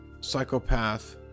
psychopath